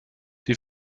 die